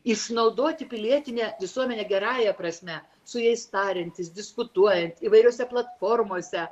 išnaudoti pilietinę visuomenę gerąja prasme su jais tariantis diskutuojant įvairiose platformose